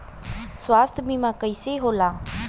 स्वास्थ्य बीमा कईसे होला?